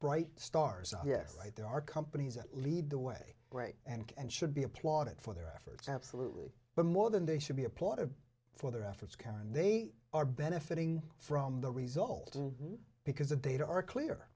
bright stars yes right there are companies that lead the way and and should be applauded for their efforts absolutely but more than they should be applauded for their efforts karen they are benefiting from the result because the data are clear